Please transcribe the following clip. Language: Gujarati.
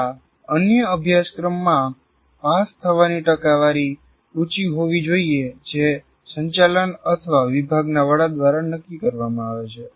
છતાં અન્ય અભ્યાસક્રમમાં પાસ થવાની ટકાવારી ઉચી હોવી જોઈએ જે સંચાલન અથવા વિભાગના વડા દ્વારા નક્કી કરવામાં આવશે